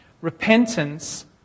Repentance